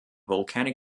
volcanic